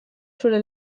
zure